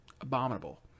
abominable